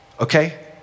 okay